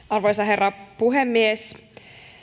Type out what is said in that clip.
arvoisa herra puhemies